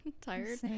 tired